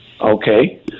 Okay